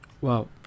Wow